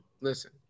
Listen